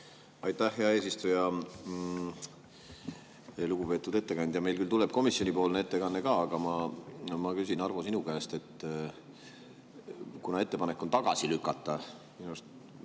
Aitäh, hea eesistuja! Lugupeetud ettekandja! Meil küll tuleb komisjoni ettekanne ka, aga ma küsin, Arvo, sinu käest. Kuna ettepanek on tagasi lükata, kuigi minu arust